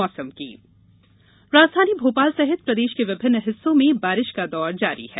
मौसम राजधानी भोपाल सहित प्रदेश के विभिन्न हिस्सो में बारिश का दौर जारी है